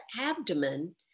abdomen